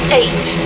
eight